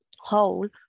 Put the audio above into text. whole